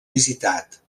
visitat